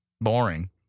Boring